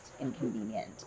inconvenient